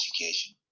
education